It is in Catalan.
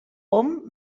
hom